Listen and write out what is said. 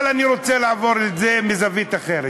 אבל אני רוצה לעבור לזווית אחרת.